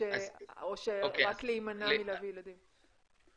או רק להימנע מלהביא ילדים?